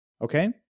okay